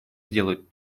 сделать